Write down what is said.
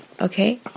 Okay